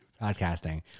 Podcasting